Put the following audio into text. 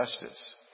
justice